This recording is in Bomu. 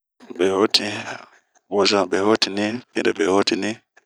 Be hotinh wozomɛ be hotin nih ,pinre be hotinni.